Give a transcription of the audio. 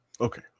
Okay